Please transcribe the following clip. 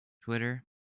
Twitter